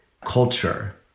culture